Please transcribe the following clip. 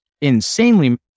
insanely